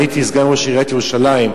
הייתי סגן ראש עיריית ירושלים.